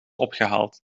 opgehaald